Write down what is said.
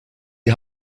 die